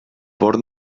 bord